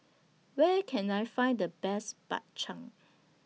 Where Can I Find The Best Bak Chang